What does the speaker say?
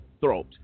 throat